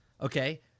okay